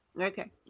Okay